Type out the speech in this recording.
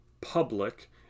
public